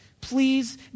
Please